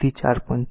તેથી 4